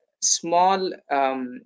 small